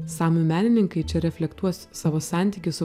samių menininkai čia reflektuos savo santykį su